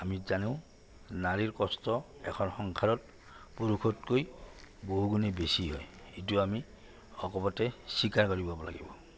আমি জানো নাৰীৰ কষ্ট এখন সংসাৰত পুৰুষতকৈ বহুগুণে বেছি হয় এইটো আমি অকপতে স্বীকাৰ কৰিব লাগিব